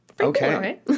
Okay